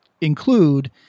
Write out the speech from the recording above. include